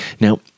Now